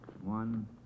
One